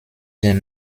den